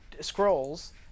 scrolls